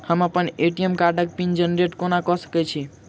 हम अप्पन ए.टी.एम कार्डक पिन जेनरेट कोना कऽ सकैत छी?